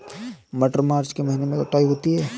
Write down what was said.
मटर मार्च के महीने कटाई होती है?